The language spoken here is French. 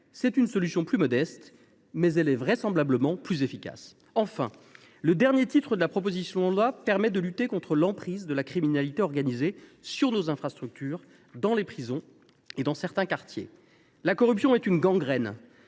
c’est une solution plus modeste, mais elle est vraisemblablement plus efficace. Enfin, le titre VI de la proposition de loi permet de lutter contre l’emprise de la criminalité organisée sur nos infrastructures, dans les prisons et dans certains quartiers. La corruption est une gangrène,